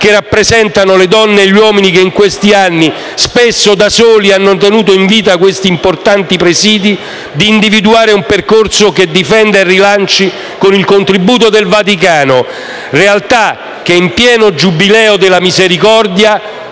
esse rappresentano le donne e gli uomini che, negli ultimi anni, spesso da soli, hanno tenuto in vita questi importanti presidi – di individuare un percorso che difenda e rilanci, con il contributo del Vaticano, realtache in pieno Giubileo della Misericordia